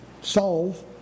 solve